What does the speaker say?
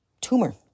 tumor